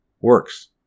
works